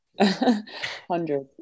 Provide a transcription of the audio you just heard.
Hundreds